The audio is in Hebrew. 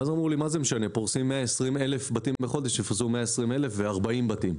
ואמרו לי שפורסים 120 אלף בתים בחודש - יפרסו 120 אלף ו-40 בתים.